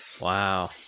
Wow